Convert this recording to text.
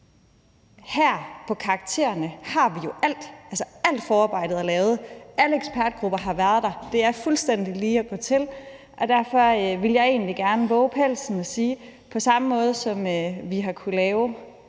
her med karaktererne har vi jo alt. Altså, alt forarbejdet er lavet, alle ekspertgrupper har været der, det er fuldstændig ligetil at gå til, og derfor vil jeg egentlig gerne vove pelsen og sige, at på samme måde, som vi har kunnet lave